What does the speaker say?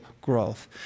growth